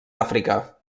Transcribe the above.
àfrica